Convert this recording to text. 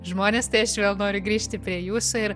žmones tai aš vėl noriu grįžti prie jūsų ir